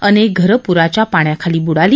अनेक घरं पूराच्या पाण्यात बुडाली